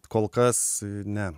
kol kas ne